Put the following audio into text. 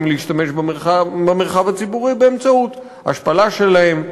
מלהשתמש במרחב הציבורי באמצעות השפלה שלהם,